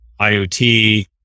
IOT